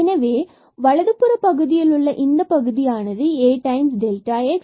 எனவே வலதுபுற பகுதியிலுள்ள இந்தப் பகுதியானது Ax